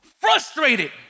frustrated